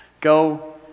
Go